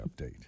update